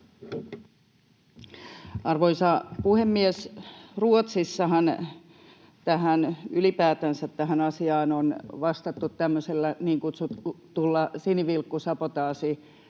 Arvoisa puhemies! Ruotsissahan ylipäätänsä tähän asiaan on vastattu niin kutsutulla sinivilkkusabotaasilailla.